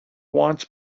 wants